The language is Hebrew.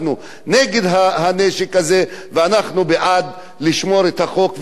אנחנו נגד הנשק הזה ואנחנו בעד לשמור את החוק.